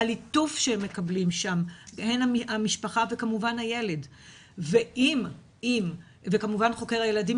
הליטוף שהם מקבלים שם-הן המשפחה וכמובן הילד וכמובן חוקר הילדים